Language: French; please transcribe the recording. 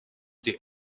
des